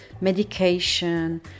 medication